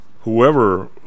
whoever